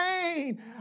pain